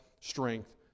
strength